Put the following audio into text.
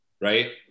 right